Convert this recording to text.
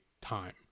time